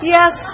Yes